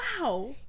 Wow